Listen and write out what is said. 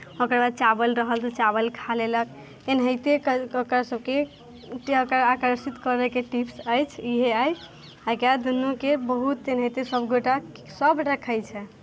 ओकर बाद चावल रहल तऽ चावल खा लेलक एनाहिते कऽ कऽ के सभके आकर्षित करैके टिप्स अछि इएह अइ एकर बाद दुनूके एनाहिते सभ गोटए सभ रखैत छै